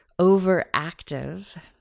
overactive